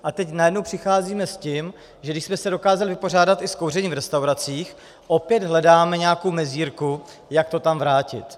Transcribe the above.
A teď najednou přicházíme s tím, že když jsme se dokázali vypořádat i s kouřením v restauracích, opět hledáme nějakou mezírku, jak to tam vrátit.